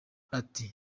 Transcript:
ati